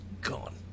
gone